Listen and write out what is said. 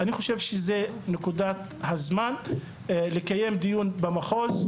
אני חושב שזו בדיוק נקודת הזמן לקיים דיון במחוז,